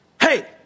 hey